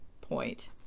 point